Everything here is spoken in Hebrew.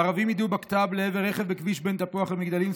ערבים יידו בקת"ב לעבר רכב בכביש בין תפוח למגדלים,